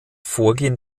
vorgehen